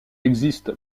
existe